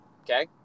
Okay